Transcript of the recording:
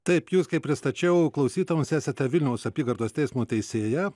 taip jus kaip pristačiau klausytojams esate vilniaus apygardos teismo teisėja